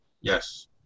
Yes